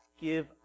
give